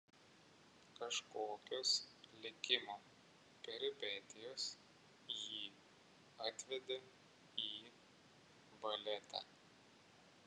kažkokios likimo peripetijos jį atvedė į baletą